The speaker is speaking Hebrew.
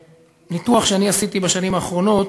מניתוח שאני עשיתי בשנים האחרונות,